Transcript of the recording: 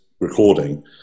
recording